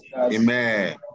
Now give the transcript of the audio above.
Amen